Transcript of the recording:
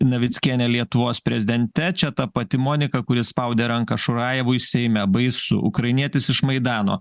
navickienę lietuvos prezidente čia ta pati monika kuri spaudė ranką šurajevui seime baisu ukrainietis iš maidano